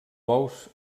bous